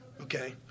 okay